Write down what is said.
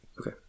okay